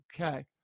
Okay